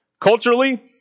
Culturally